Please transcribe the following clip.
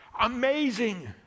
Amazing